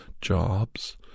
jobs